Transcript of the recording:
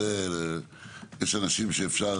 יש אנשים שאפשר